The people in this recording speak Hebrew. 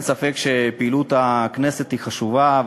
אין ספק שפעילות הכנסת חשובה,